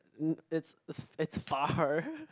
it's it it's far